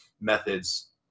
methods